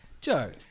Joe